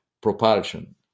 propulsion